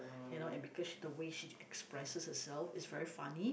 you know and because is the way she expresses herself is very funny